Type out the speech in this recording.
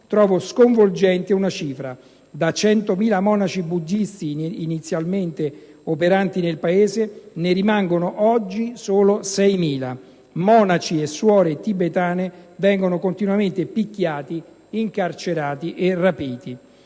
trovo sconvolgente una cifra: da 100.000 monaci buddisti inizialmente operanti nel Paese, ne rimangono oggi solo 6.000. Monaci e suore tibetani vengono continuamente picchiati, incarcerati e rapiti.